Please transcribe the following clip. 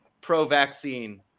pro-vaccine